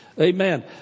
Amen